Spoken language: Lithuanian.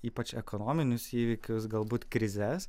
ypač ekonominius įvykius galbūt krizes